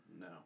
no